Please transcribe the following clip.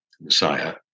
Messiah